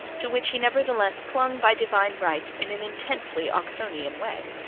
to which he nevertheless clung by divine right in an intensely oxonian way.